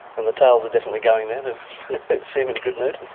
and the tails are definitely going there. they seem in a good mood.